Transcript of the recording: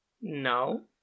No